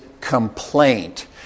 complaint